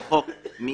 זה חוק מיותר,